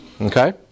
Okay